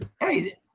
hey